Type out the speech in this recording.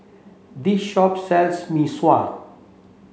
this shop sells Mee Sua